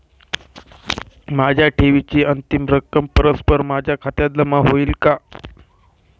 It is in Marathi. माझ्या ठेवीची अंतिम रक्कम परस्पर माझ्या खात्यात जमा होईल का?